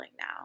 now